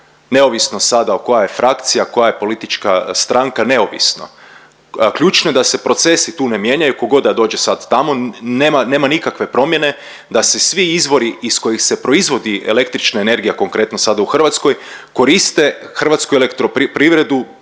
neovisno sada koja je frakcija, koja je politička stranka, neovisno. Ključno je da se procesi tu ne mijenjaju ko god da dođe sad tamo nema, nema nikakve promjene da se svi izvore iz kojih se proizvodi električna energija konkretno sada u Hrvatskoj koriste HEP pod